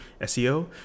seo